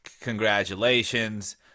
congratulations